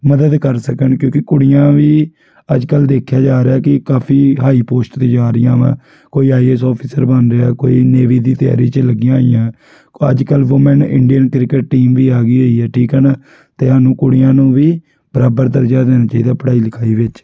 ਮਦਦ ਕਰ ਸਕਣ ਕਿਉਂਕਿ ਕੁੜੀਆਂ ਵੀ ਅੱਜ ਕੱਲ੍ਹ ਦੇਖਿਆ ਜਾ ਰਿਹਾ ਕਿ ਕਾਫ਼ੀ ਹਾਈ ਪੋਸਟ 'ਤੇ ਜਾ ਰਹੀਆਂ ਵਾ ਕੋਈ ਆਈ ਏ ਐੱਸ ਔਫੀਸਰ ਬਣ ਰਿਹਾ ਕੋਈ ਨੇਵੀ ਦੀ ਤਿਆਰੀ 'ਚ ਲੱਗੀਆਂ ਹੋਈਆਂ ਅੱਜ ਕੱਲ੍ਹ ਵੂਮਨ ਇੰਡੀਅਨ ਕ੍ਰਿਕਟ ਟੀਮ ਵੀ ਆ ਗਈ ਹੋਈ ਹੈ ਠੀਕ ਹੈ ਨਾ ਅਤੇ ਸਾਨੂੰ ਕੁੜੀਆਂ ਨੂੰ ਵੀ ਬਰਾਬਰ ਦਰਜਾ ਦੇਣਾ ਚਾਹੀਦਾ ਪੜ੍ਹਾਈ ਲਿਖਾਈ ਵਿੱਚ